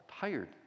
tired